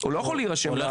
הוא לא יכול להירשם בתור,